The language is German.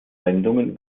sendungen